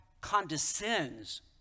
condescends